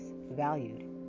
valued